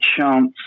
chance